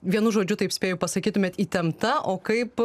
vienu žodžiu taip spėju pasakytumėt įtempta o kaip